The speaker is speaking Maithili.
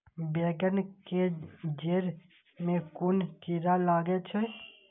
बेंगन के जेड़ में कुन कीरा लागे छै?